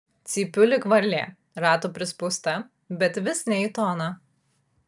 cypiu lyg varlė rato prispausta bet vis į ne toną